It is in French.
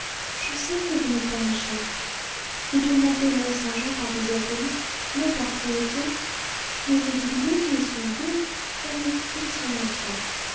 je sais que vous n'êtes pas méchantes vous tourmentez mont-saint-jean par désoeuvrement non par cruauté mais vous oubliez qu'ils sont deux elle et son enfant